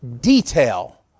detail